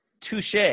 Touche